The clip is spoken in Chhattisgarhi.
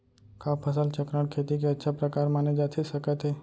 का फसल चक्रण, खेती के अच्छा प्रकार माने जाथे सकत हे?